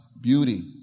beauty